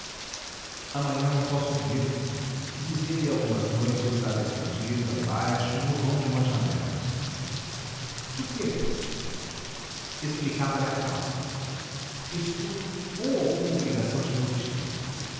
amanhã não posso vir dizia-lhe algumas noites à despedida baixo no vão de uma janela por quê explicava lhe a causa estudo ou alguma obrigação de meu tio